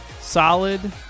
solid